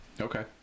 Okay